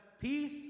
Peace